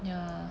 ya